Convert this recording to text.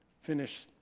finish